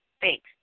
Thanks